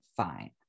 fine